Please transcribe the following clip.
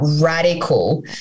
radical